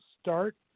start